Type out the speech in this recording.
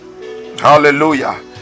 hallelujah